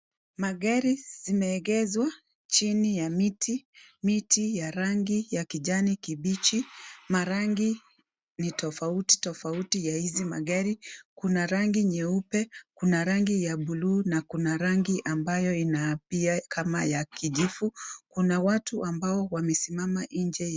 Magari zimeegezwa chini ya miti, miti ya rangi ya kijani kibichi, marangi ni tofauti tofauti ya hizi magari, kuna rangi nyeupe, kuna rangi ya buluu, na kuna rangi ambayo ina appear kama ya kijifu, kuna watu ambao wamesimama nje...